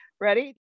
ready